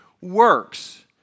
works